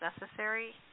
necessary